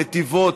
מיטיבות,